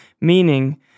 meaning